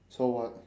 so what